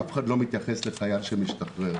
אף אחד לא מתייחס לחייל שמשתחרר,